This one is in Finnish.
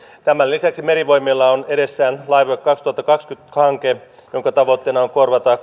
tämän lisäksi merivoimilla on edessään laivue kaksituhattakaksikymmentä hanke jonka tavoitteena on korvata